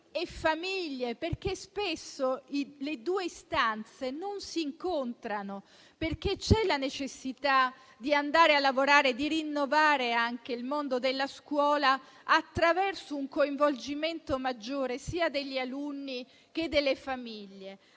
famiglie. Spesso le due istanze non si incontrano, perché c'è la necessità di andare a lavorare, di rinnovare anche il mondo della scuola attraverso un coinvolgimento maggiore sia degli alunni che delle famiglie.